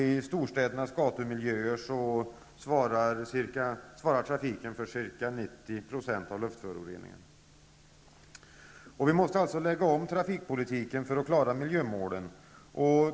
I storstädernas gatumiljöer svarar trafiken för ca 90 % av luftföroreningarna. Vi måste alltså lägga om trafikpolitiken för att klara miljömålen.